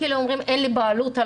כי הם אומרים שאין בעלות על